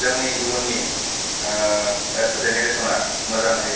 जोंनि इयुननि जेनेरेसना मोजाङै